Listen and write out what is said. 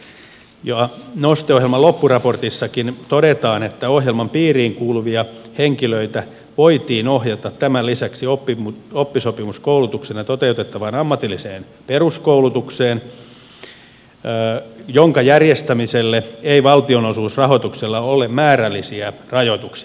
noste ohjelman loppuraportissakin todetaan että ohjelman piiriin kuuluvia henkilöitä voitiin ohjata tämän lisäksi oppisopimuskoulutuksena toteutettavaan ammatilliseen peruskoulutukseen jonka järjestämiselle ei valtionosuusrahoituksella ole määrällisiä rajoituksia